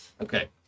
Okay